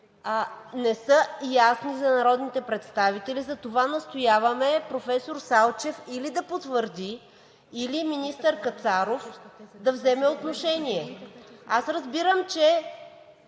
не са ясни за народните представители. Затова настояваме професор Салчев или да потвърди, или министър Кацаров да вземе отношение. Разбирам, че